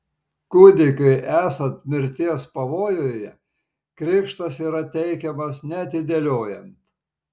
kūdikiui esant mirties pavojuje krikštas yra teikiamas neatidėliojant